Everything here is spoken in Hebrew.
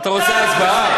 אתה רוצה הצבעה?